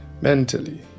mentally